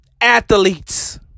Athletes